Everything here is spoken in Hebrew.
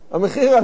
המחיר עלה.